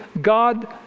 god